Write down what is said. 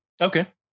Okay